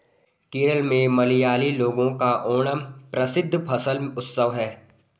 केरल में मलयाली लोगों का ओणम प्रसिद्ध फसल उत्सव है